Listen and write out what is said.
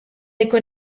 jkun